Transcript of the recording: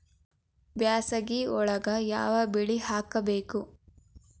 ಬ್ಯಾಸಗಿ ಒಳಗ ಯಾವ ಬೆಳಿ ಹಾಕಬೇಕು?